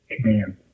Command